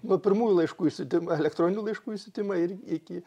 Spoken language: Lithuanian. nuo pirmųjų laiškų išsiuntimo elektroninių laiškų išsiuntimo ir iki